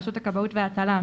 רשות הכבאות וההצלה,